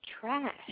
trash